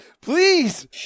please